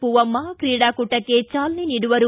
ಪೂವಮ್ಮ ಕ್ರೀಡಾಕೂಟಕ್ಕೆ ಚಾಲನೆ ನೀಡುವರು